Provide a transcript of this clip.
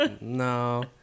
no